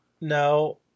No